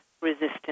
resistance